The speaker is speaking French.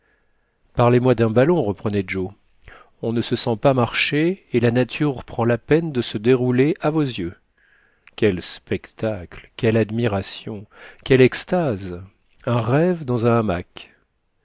parlez-moi d'un ballon reprenait joe on ne se sent pas marcher et la nature prend la peine de se dérouler à vos yeux quel spectacle quelle admiration quelle extase un rêve dans un hamac